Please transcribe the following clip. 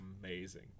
Amazing